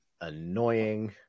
annoying